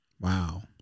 Wow